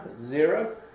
zero